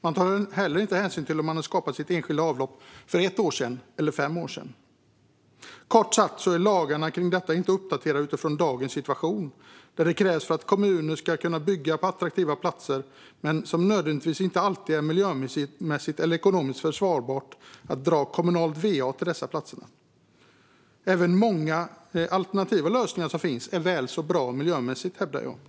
Man tar inte heller hänsyn till om det enskilda avloppet har skapats för ett år sedan eller fem år sedan. Kort sagt är lagarna kring detta inte uppdaterade utifrån dagens situation. Det krävs för att kommuner ska kunna bygga på attraktiva platser dit det inte nödvändigtvis alltid är miljömässigt eller ekonomiskt försvarbart att dra kommunalt va. Även många alternativa lösningar är väl så bra miljömässigt, vill jag hävda.